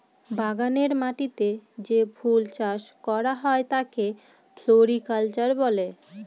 বাগানের মাটিতে যে ফুল চাষ করা হয় তাকে ফ্লোরিকালচার বলে